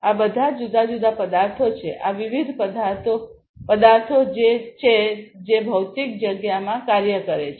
આ બધા જુદા જુદા પદાર્થો છે આ વિવિધ પદાર્થો છે જે ભૌતિક જગ્યામાં કાર્ય કરે છે